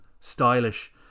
stylish